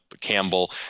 Campbell